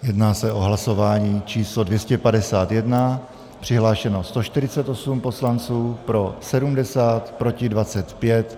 Jedná se o hlasování číslo 251, přihlášeno 148 poslanců, pro 70, proti 25.